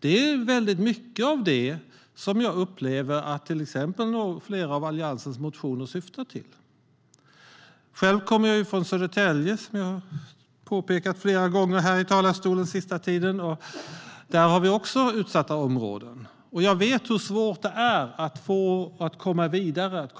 Jag upplever att mycket av det är vad till exempel flera av Alliansens motioner syftar till. Jag kommer, som jag har påpekat vid ett flertal tillfällen i talarstolen på sista tiden, från Södertälje. Där har vi också utsatta områden. Jag vet hur svårt det är att komma vidare, att